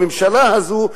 בממשלה הזאת,